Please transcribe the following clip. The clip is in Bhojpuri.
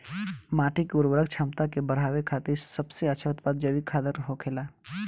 माटी के उर्वरक क्षमता के बड़ावे खातिर सबसे अच्छा उत्पाद जैविक खादर होखेला